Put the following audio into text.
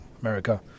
America